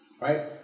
right